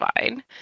fine